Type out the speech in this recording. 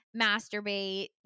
masturbate